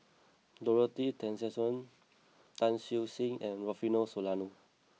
Dorothy Tessensohn Tan Siew Sin and Rufino Soliano